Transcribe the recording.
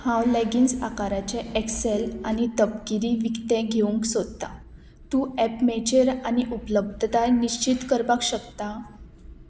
हांव लेगिन्स आकाराचें एक्सेल आनी तपकिरी विकतें घेवंक सोदतां तूं एप्मेचेर आनी उपलब्धताय निश्चित करपाक शकता